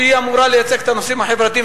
שאמורה לייצג את הנושאים החברתיים,